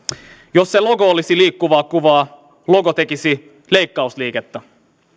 jos se logo olisi liikkuvaa kuvaa logo tekisi leikkausliikettä